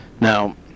now